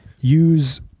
use